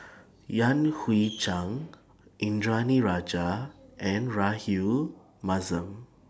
Yan Hui Chang Indranee Rajah and Rahayu Mahzam